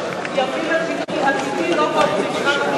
יביא לפינוי עתידי לא במבחן המשפטי,